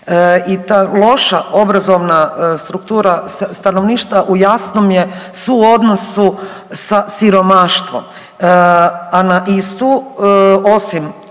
I ta loša obrazovna struktura stanovništva u jasnom je suodnosu sa siromaštvom.